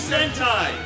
Sentai